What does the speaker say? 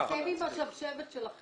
די עם השבשבת שלכם.